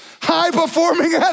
high-performing